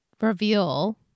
reveal